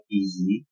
easy